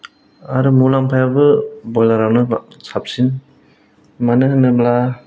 आरो मुलामफायाबो ब्रयलारानो साबसिन मानो होनोब्ला